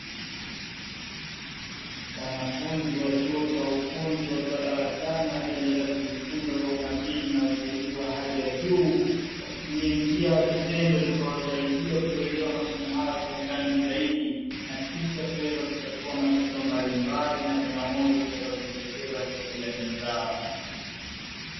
Wanafunzi wa chuo cha ufundi wakiwa darasani wakiendelea kujifunza kwa umakini na utulivu wa hali ya juu, wakitumia njia ya vitendo itakayoweza kuelewa masomo hayo na kisha kutatua matatizo mbalimbali na changamoto zitakazo jitokeza katika jamii zao.